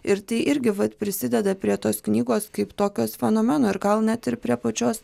ir tai irgi vat prisideda prie tos knygos kaip tokios fenomeno ir gal net ir prie pačios